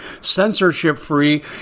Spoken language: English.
censorship-free